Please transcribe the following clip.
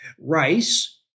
Rice